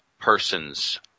person's